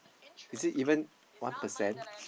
is it even one percent